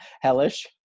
hellish